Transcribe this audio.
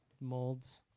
molds